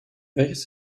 welches